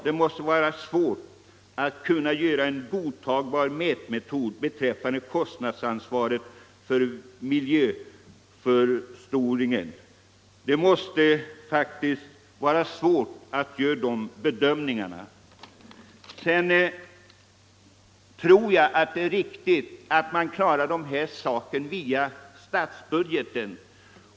Det är därför svårt att finna en godtagbar mätmetod när det gäller kostnadsansvaret för miljöförstöringen. Därtill kommer alltså att det måste vara en riktig princip att åtgärder på miljöområdet bekostas via statsbudgeten.